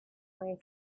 way